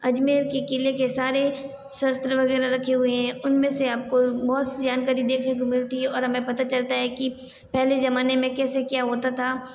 अजमेर के किले के सारे शस्त्र वगैरह रखे हुए हैं उनमें से आपको बहुत सी जानकारी देखने को मिलती है और हमें पता चलता है कि पहले ज़माने में कैसे क्या होता था